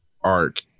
arc